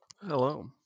hello